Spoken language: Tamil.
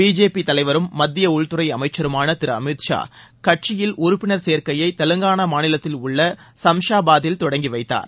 பிஜேபி தலைவரும் மத்திய உள்துறை அமைச்சருமான திரு அமித் ஷா கட்சியில் உறுப்பினர் சேர்க்கையை தெவங்கானா மாநிலத்தில் உள்ள சம்ஷதாபாதில் தொடங்கி வைத்தார்